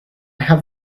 have